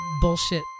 bullshit